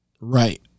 Right